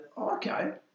okay